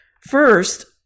First